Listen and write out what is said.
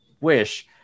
wish